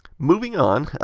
moving on,